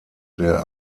der